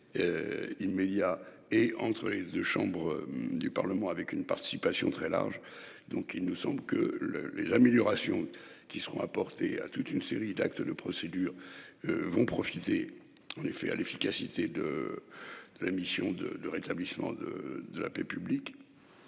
et entre les 2 chambres du Parlement avec une participation très larges donc il nous semble que les améliorations qui seront apportées à toute une série d'actes de procédure. Vont profiter en effet à l'efficacité de. La mission de, de rétablissement de de la paix publique.